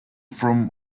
from